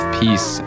peace